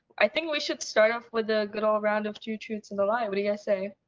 i think we should start off with a good old round of two truths and a lie. what do you guys say?